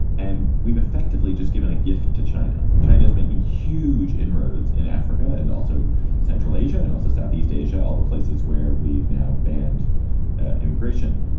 and we've effectively just given a gift to china. china's making huge inroads in africa and also central asia and also southeast asia, all the places where we've now banned immigration.